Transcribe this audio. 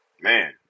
man